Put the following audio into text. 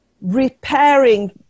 repairing